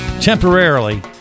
temporarily